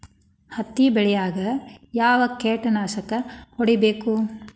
ಹತ್ತಿ ಬೆಳೇಗ್ ಯಾವ್ ಕೇಟನಾಶಕ ಹೋಡಿಬೇಕು?